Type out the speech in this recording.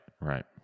right